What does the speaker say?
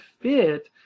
fit